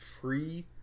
free